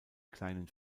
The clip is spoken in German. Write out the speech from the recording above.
kleinen